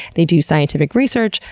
they do scientific research,